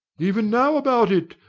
even now about it!